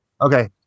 Okay